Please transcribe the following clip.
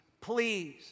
please